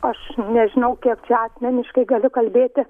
aš nežinau kiek čia asmeniškai galiu kalbėti